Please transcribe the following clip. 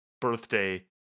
birthday